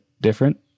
different